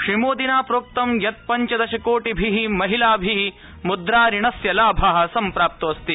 श्रीमोदिना प्रोक्तं यत् पञ्चदश कोटिभि महिलाभि मुद्राऋणस्य लाभ सम्प्राप्तोऽस्ति